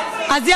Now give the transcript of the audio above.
אז הינה.